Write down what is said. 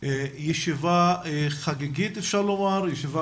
ישיבה חגיגית אפשר לומר, ישיבה